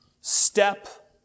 step